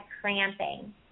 cramping